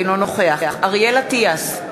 אינו נוכח אריאל אטיאס,